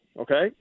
okay